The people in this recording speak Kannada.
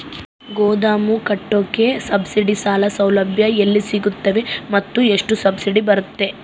ಗೋದಾಮು ಕಟ್ಟೋಕೆ ಸಬ್ಸಿಡಿ ಸಾಲ ಸೌಲಭ್ಯ ಎಲ್ಲಿ ಸಿಗುತ್ತವೆ ಮತ್ತು ಎಷ್ಟು ಸಬ್ಸಿಡಿ ಬರುತ್ತೆ?